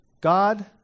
God